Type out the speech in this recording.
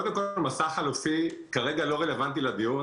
קודם כול, מסע חלופי כרגע לא רלוונטי לדיון.